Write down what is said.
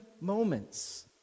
moments